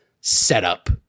setup